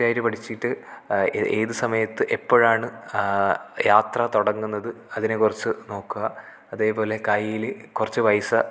കൃത്യമായിട്ട് പഠിച്ചിട്ട് ഏതു സമയത്ത് എപ്പോഴാണ് യാത്ര തുടങ്ങുന്നത് അതിനെക്കുറിച്ച് നോക്കുക അതേപോലെ കൈയ്യിൽ കുറച്ച് പൈസ